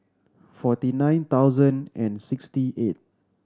forty nine thousand and sixty eight